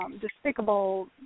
despicable